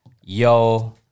yo